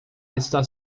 está